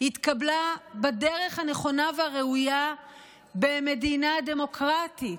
התקבלה בדרך הנכונה והראויה במדינה דמוקרטית,